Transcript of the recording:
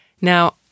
Now